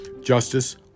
Justice